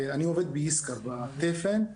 אני עובד בישקר בתפן,